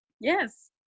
Yes